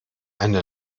eine